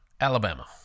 alabama